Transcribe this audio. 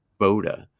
Boda